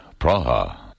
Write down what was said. Praha